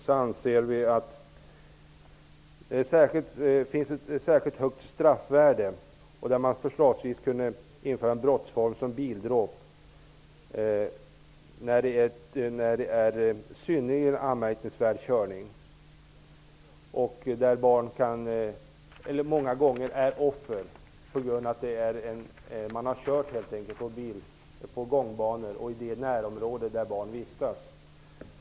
Vi anser att det finns ett särskilt högt straffvärde och att man förslagsvis kunde införa en brottsform kallad bildråp när det är fråga om en i synnerhet anmärkningsvärd körning och då barn många gånger är offer på grund av att föraren har kört på gångbanor och i områden där barn vistas.